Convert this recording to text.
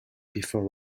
before